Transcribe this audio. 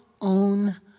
own